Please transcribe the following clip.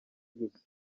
gusa